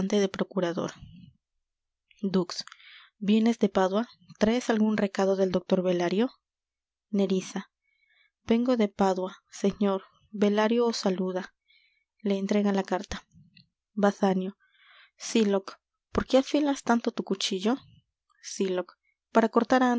de procurador dux vienes de pádua traes algun recado del dr belario nerissa vengo de pádua señor belario os saluda le entrega la carta basanio sylock por qué afilas tanto tu cuchillo sylock para cortar